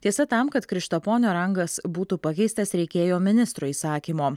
tiesa tam kad krištaponio rangas būtų pakeistas reikėjo ministro įsakymo